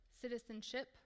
citizenship